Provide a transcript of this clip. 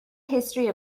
history